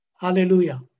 Hallelujah